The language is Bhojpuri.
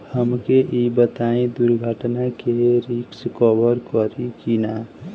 हमके ई बताईं दुर्घटना में रिस्क कभर करी कि ना?